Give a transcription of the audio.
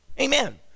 Amen